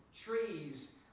trees